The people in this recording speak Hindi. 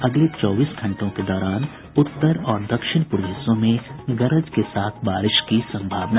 अगले चौबीस घंटों के दौरान उत्तर और दक्षिण पूर्व हिस्सों में गरज के साथ बारिश की संभावना